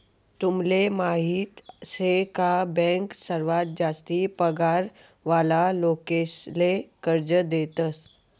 तुमले माहीत शे का बँक सर्वात जास्ती पगार वाला लोकेसले कर्ज देतस